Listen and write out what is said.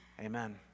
Amen